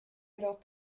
alors